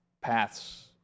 paths